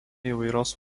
įvairios